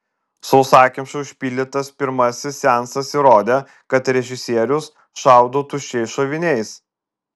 sausakimšai užpildytas pirmasis seansas įrodė kad režisierius šaudo tuščiais šoviniais